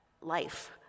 life